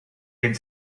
den